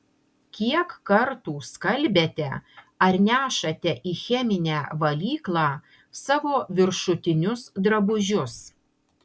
kiek kartų skalbiate ar nešate į cheminę valyklą savo viršutinius drabužius